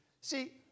See